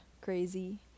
crazy